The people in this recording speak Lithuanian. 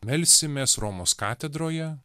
melsimės romos katedroje